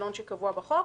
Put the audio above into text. ציבורית.